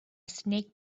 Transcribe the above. snake